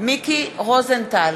מיקי רוזנטל,